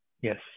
Yes